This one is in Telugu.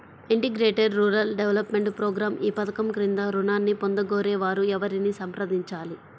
ఇంటిగ్రేటెడ్ రూరల్ డెవలప్మెంట్ ప్రోగ్రాం ఈ పధకం క్రింద ఋణాన్ని పొందగోరే వారు ఎవరిని సంప్రదించాలి?